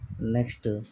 next